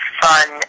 fun